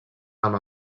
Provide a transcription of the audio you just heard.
amb